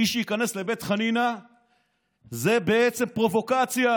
מי שייכנס לבית חנינא זה בעצם פרובוקציה,